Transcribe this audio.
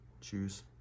choose